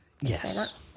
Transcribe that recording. Yes